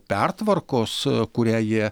pertvarkos kurią jie